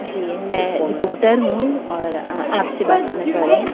जी मैं रिपोटर हूँ और आपसे बात करना चाह रही हूँ